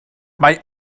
mae